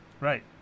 right